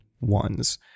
ones